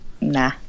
Nah